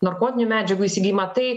narkotinių medžiagų įsigijimą tai